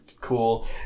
cool